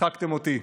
הצחקתם אותי.